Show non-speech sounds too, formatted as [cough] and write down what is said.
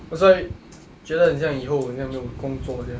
that's why [noise] 觉得很像以后很像没有工作 sia